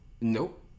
Nope